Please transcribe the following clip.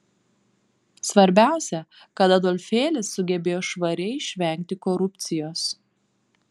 svarbiausia kad adolfėlis sugebėjo švariai išvengti korupcijos